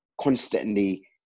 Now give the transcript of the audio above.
constantly